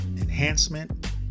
enhancement